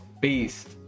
beast